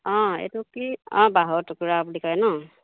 অঁ এইটো কি অঁ বাঢ়ৈটোকা বুলি কয় ন